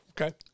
Okay